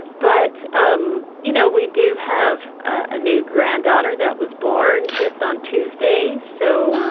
but, um you know, we do have a new granddaughter that was born just on tuesday. so. oh,